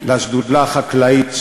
לשדולה החקלאית,